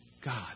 God